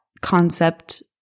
concept